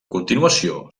continuació